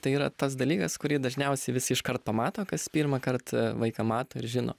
tai yra tas dalykas kurį dažniausiai visi iškart pamato kas pirmąkart vaiką mato ir žino